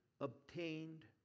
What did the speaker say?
obtained